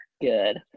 Good